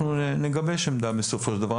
אנחנו נגבש עמדה בסופו של דבר,